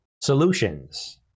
solutions